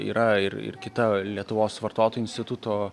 yra ir ir kita lietuvos vartotojų instituto